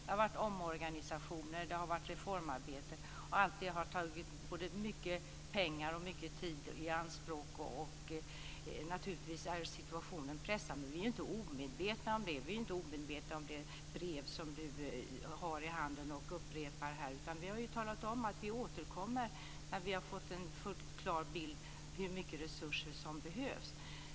Det har varit omorganisationer och reformarbete som har tagit mycket pengar och mycket tid i anspråk. Naturligtvis är situationen pressad, och vi är inte omedvetna om det brev som Maud Ekendahl håller i sin hand och återigen har citerat. Vi har talat om att vi återkommer när vi har fått en fullt klar bild av hur mycket resurser som behövs.